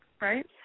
right